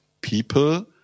people